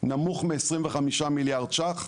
נמוך מ-25 מיליארד שקלים,